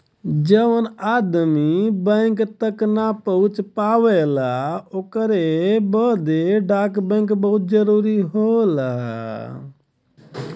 जौन आदमी बैंक तक ना पहुंच पावला ओकरे बदे डाक बैंक बहुत जरूरी होला